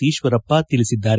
ಈಶ್ವರಪ್ಪ ತಿಳಿಸಿದ್ದಾರೆ